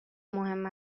مهم